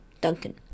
Duncan